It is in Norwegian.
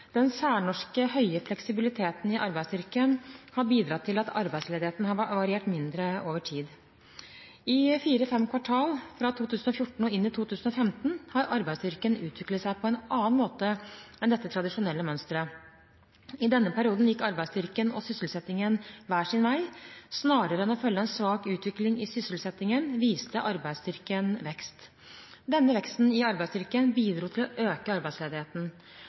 Den særnorske høye fleksibiliteten i arbeidsstyrken har bidratt til at arbeidsledigheten har variert mindre over tid. I fire–fem kvartal fra 2014 og inn i 2015 har arbeidsstyrken utviklet seg på en annen måte enn dette tradisjonelle mønsteret. I denne perioden gikk arbeidsstyrken og sysselsettingen hver sin vei. Snarere enn å følge en svak utvikling i sysselsettingen viste arbeidsstyrken vekst. Denne veksten i arbeidsstyrken bidro til å øke arbeidsledigheten.